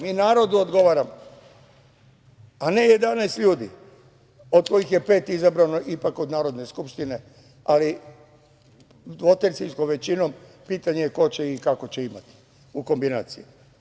Mi narodu odgovaramo, a ne 11 ljudi, od kojih je pet izabrano ipak od Narodne skupštine, ali dvotrećinskom većinom i pitanje je ko će i kako će imati u kombinaciji.